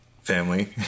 Family